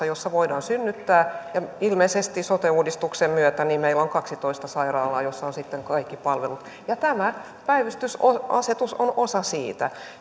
jossa voidaan synnyttää ilmeisesti sote uudistuksen myötä meillä on kaksitoista sairaalaa joissa on sitten kaikki palvelut ja tämä päivystysasetus on osa siitä